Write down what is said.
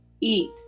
eat